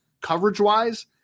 coverage-wise